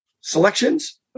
selections